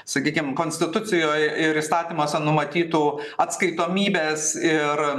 sakykim konstitucijoj ir įstatymuose numatytų atskaitomybės ir